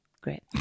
Great